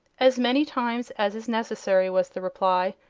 as many times as is necessary, was the reply.